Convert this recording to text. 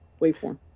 waveform